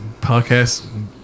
podcast